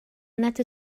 nad